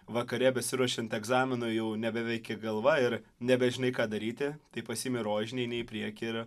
vakare besiruošiant egzaminui jau nebeveiki galva ir nebežinai ką daryti tai pasiimi rožinį eini į priekį ir